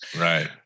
Right